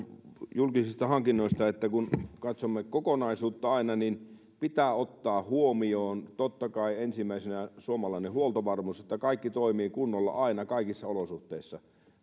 julkisista hankinnoista että kun katsomme aina kokonaisuutta niin pitää ottaa huomioon totta kai ensimmäisenä suomalainen huoltovarmuus että kaikki toimii kunnolla aina kaikissa olosuhteissa